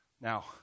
Now